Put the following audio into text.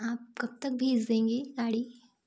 आप कब तक भेज देंगे गाड़ी